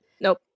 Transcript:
Nope